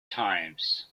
times